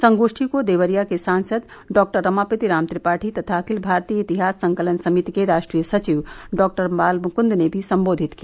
संगोष्ठी को देवरिया के सांसद डॉ रमापति राम त्रिपाठी तथा अखिल भारतीय इतिहास संकलन समिति के राष्ट्रीय सचिव डॉ बालमुकुन्द ने भी सम्बोधित किया